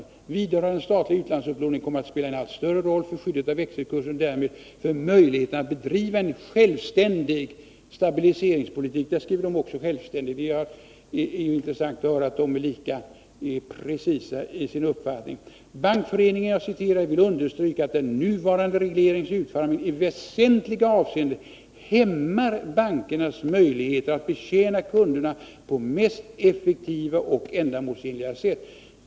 Vidare har den statliga utlandsupplåningen kommit att spela en allt större roll för skyddet av växelkursen och därmed för möjligheterna att bedriva en självständig stabiliseringspolitik.” Bankföreningen skriver här ”självständig”. Det är intressant att höra att Bankföreningen är lika precis i sin uppfattning. I remissyttrandet heter det vidare: ”Bankföreningen vill understryka att den nuvarande regleringens utformning i väsentliga avseenden hämmar bankernas möjligheter att betjäna kunderna på mest effektiva och ändamålsenliga sätt.